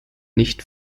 nicht